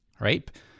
right